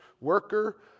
worker